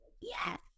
yes